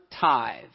tithe